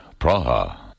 Praha